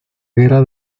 guerra